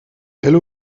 elle